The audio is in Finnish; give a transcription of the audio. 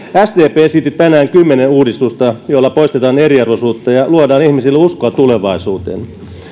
sdp esitti tänään kymmenen uudistusta joilla poistetaan eriarvoisuutta ja luodaan ihmisille uskoa tulevaisuuteen